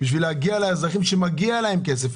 בשביל להגיע לאזרחים שמגיע להם כסף,